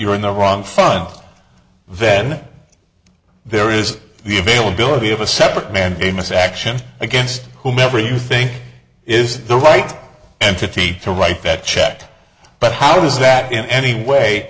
you're in the wrong front then there is the availability of a separate mandamus action against whomever you think is the right entity to write that check but how does that in any way